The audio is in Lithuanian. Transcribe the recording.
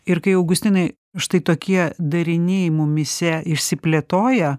ir kai augustinai štai tokie dariniai mumyse išsiplėtoja